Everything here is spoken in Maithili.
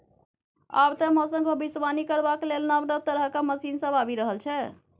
आब तए मौसमक भबिसबाणी करबाक लेल नब नब तरहक मशीन सब आबि रहल छै